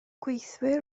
gweithiwr